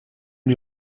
die